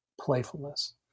playfulness